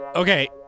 Okay